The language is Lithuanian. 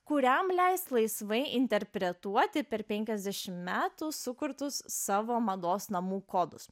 kuriam leis laisvai interpretuoti per penkiasdešimt metų sukurtus savo mados namų kodus